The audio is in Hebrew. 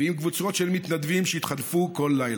ועם קבוצות של מתנדבים שהתחלפו כל לילה.